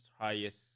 highest